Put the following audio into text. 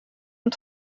und